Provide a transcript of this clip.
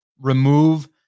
remove